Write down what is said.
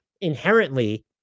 inherently